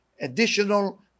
additional